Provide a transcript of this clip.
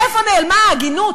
איפה נעלמה ההגינות?